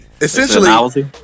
Essentially